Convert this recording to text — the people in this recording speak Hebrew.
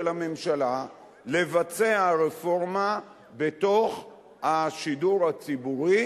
הממשלה לבצע רפורמה בתוך השידור הציבורי,